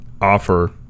offer